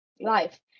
life